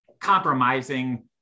compromising